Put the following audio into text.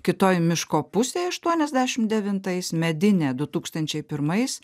kitoj miško pusėj aštuoniasdešim devintais medinė du tūkstančiai pirmais